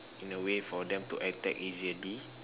in a way for them to attack easily